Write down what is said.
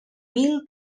mil